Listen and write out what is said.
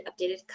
updated